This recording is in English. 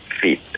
feet